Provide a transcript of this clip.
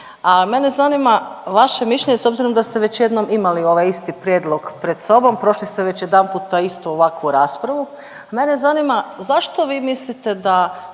mene zanima vaše mišljenje s obzirom da ste već jednom imali ovaj isti prijedlog pred sobom, prošli ste već jedanput tu istu ovakvu raspravu. Mene zanima zašto vi mislite da